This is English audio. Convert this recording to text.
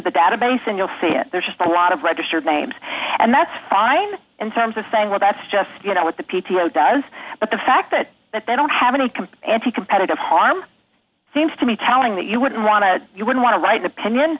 the database and you'll see it there's just a lot of registered names and that's fine in terms of saying well that's just you know what the p t o does but the fact that that they don't have any compared to competitive harm seems to me telling that you wouldn't want to you would want to write opinion